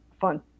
fun